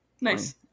nice